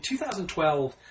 2012